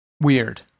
weird